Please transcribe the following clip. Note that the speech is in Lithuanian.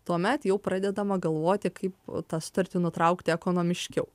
tuomet jau pradedama galvoti kaip tą sutartį nutraukti ekonomiškiau